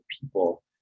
people